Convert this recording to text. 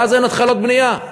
ואז אין התחלות בנייה.